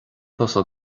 tusa